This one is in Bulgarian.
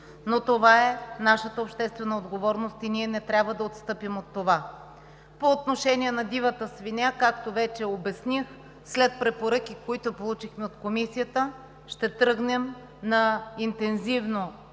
Това е нашата обществена отговорност и ние не трябва да отстъпим от това. По отношение на дивата свиня, както вече обясних след препоръките, които получихме от Комисията, ще тръгнем на интензивно